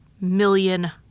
million